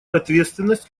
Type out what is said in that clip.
ответственность